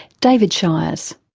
david shiers.